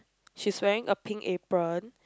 she's wearing a pink apron